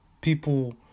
people